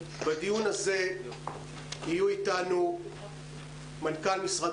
בדיון ישתתפו מנכ"ל משרד